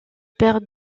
père